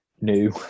new